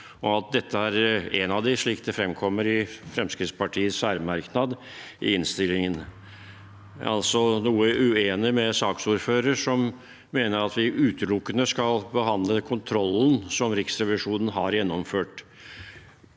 og at dette er en av dem, slik det fremkommer i Fremskrittspartiets særmerknad i innstillingen. Jeg er altså noe uenig med saksordføreren, som mener at vi utelukkende skal behandle den kontrollen som Riksrevisjonen har gjennomført.